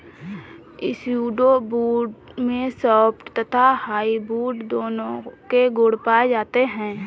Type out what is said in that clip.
pseudo wood में soft तथा hardwood दोनों के गुण पाए जाते हैं